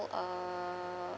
uh